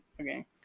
Okay